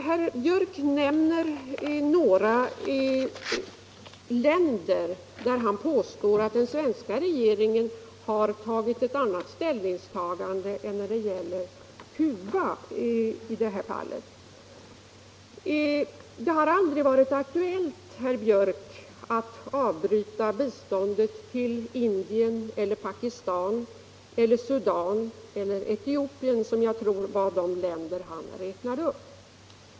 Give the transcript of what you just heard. Herr Björck nämner några länder i fråga om vilka han påstår att den svenska regeringen har gjort ett annat ställningstagande än när det gäller Cuba i det här fallet. Det har aldrig varit aktuellt, herr Björck, att avbryta biståndet till Indien, Pakistan, Sudan eller Etiopien, som jag tror var de länder herr Björck räknade upp.